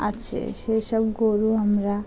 আছে সেই সব গরু আমরা